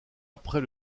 après